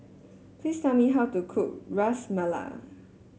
please tell me how to cook Ras Malai